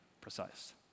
precise